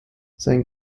sein